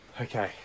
Okay